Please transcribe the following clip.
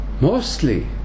mostly